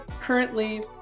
currently